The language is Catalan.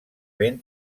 ben